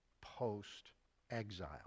post-exile